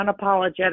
unapologetic